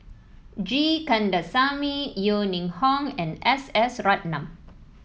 G Kandasamy Yeo Ning Hong and S S Ratnam